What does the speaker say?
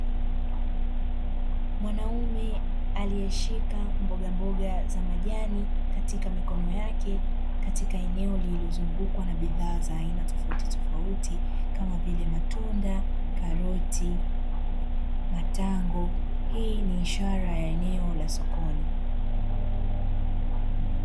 Mwanaume aliyeshika mbogamboga za majani katika mikono yake katika eneo lililozungukwa na bidhaa za aina tofauti tofauti kama vile matunda, karoti, matango. Hii ni ishara ya eneo la sokoni.